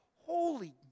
holy